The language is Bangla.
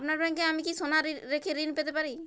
আপনার ব্যাংকে কি আমি সোনা রেখে ঋণ পেতে পারি?